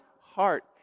heart